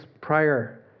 prior